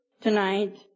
tonight